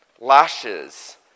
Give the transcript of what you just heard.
Lashes